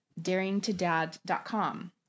daringtodad.com